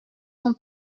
son